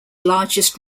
largest